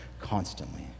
constantly